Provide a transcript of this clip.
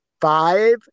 five